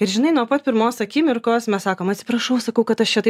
ir žinai nuo pat pirmos akimirkos mes sakom atsiprašau sakau kad aš čia taip